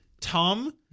Tom